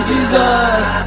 Jesus